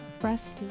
Breast